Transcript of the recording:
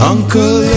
Uncle